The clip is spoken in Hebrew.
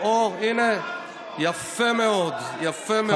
אוה, הינה, יפה מאוד, יפה מאוד.